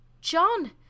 John